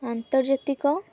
ଆନ୍ତର୍ଜାତିକ